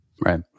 Right